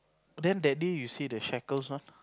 then that day you see the shackles one